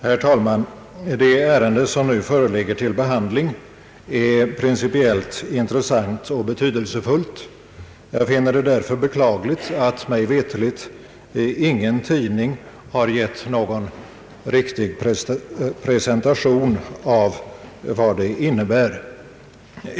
Herr talman! Det ärende som nu föreligger till behandling är principiellt intressant och betydelsefullt. Jag finner det därför beklagligt att mig veterligt ingen tidning har givit någon riktig presentation av vad det innebär.